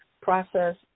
process